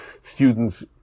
students